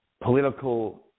political